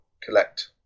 collect